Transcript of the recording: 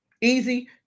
easy